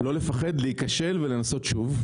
לא לפחד, להיכשל, ולנסות שוב.